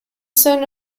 son